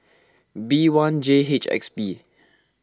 B one J H X P